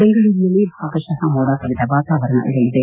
ಬೆಂಗಳೂರಿನಲ್ಲಿ ಭಾಗಶಃ ಮೋಡ ಕವಿದ ವಾತಾವರಣವಿರಲಿದೆ